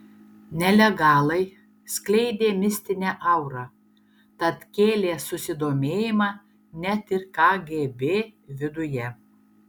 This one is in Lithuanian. nelegalai skleidė mistinę aurą tad kėlė susidomėjimą net ir kgb viduje